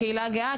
הקהילה הגאה,